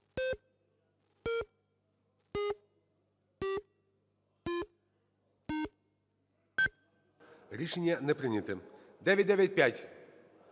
Рішення не прийнято. 995-а.